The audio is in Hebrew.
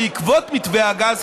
בעקבות מתווה הגז,